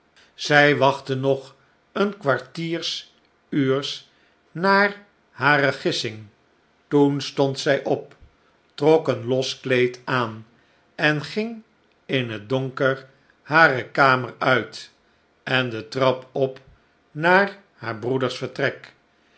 zij wachtte nog een kwartier uurs naar hare gissing toen stond zij op trok een los kleed aan en ging in het donker hare kamer uit en de trap op naar haar breeders vertrek